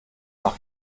nach